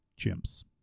chimps